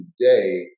today